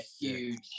huge